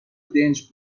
دنج